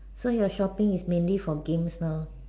so you are shopping is mainly for games now